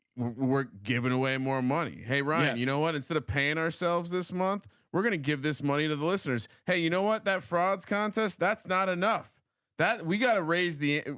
we're giving away more money. hey ryan you know what. instead of paying ourselves this month we're gonna give this money to the listeners. hey you know what that frauds contest. that's not enough that we got to raise the.